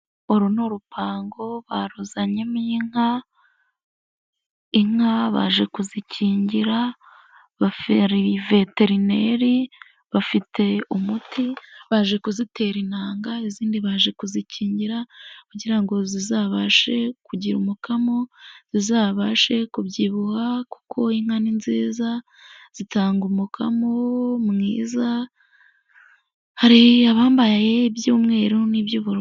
Uru ni urupango baruzanyemo inka, inka baje kuzikingira baferi veterineri bafite umuti, baje kuzitera intanga izindi baje kuzikingira, kugira ngo zizabashe kugira umukamo, zizabashe kubyibuha kuko inka ni nziza, zitanga umukamo mwiza, hari abambaye iby'umweru n'iby'ubururu.